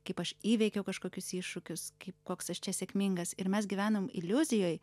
kaip aš įveikiau kažkokius iššūkius kaip koks aš čia sėkmingas ir mes gyvenam iliuzijoj